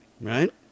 right